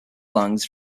lungs